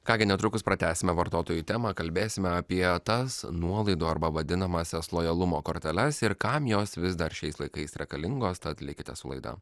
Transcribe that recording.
ką gi netrukus pratęsime vartotojų temą kalbėsime apie tas nuolaidų arba vadinamąsias lojalumo korteles ir kam jos vis dar šiais laikais reikalingos tad likite su laida